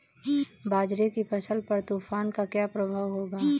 बाजरे की फसल पर तूफान का क्या प्रभाव होगा?